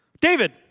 David